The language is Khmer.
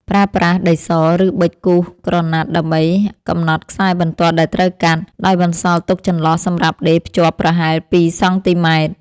ប្រើប្រាស់ដីស ឬប៊ិចគូសក្រណាត់ដើម្បីកំណត់ខ្សែបន្ទាត់ដែលត្រូវកាត់ ដោយបន្សល់ទុកចន្លោះសម្រាប់ដេរភ្ជាប់ប្រហែល ២ សង់ទីម៉ែត្រ។